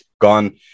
gone